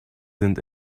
sind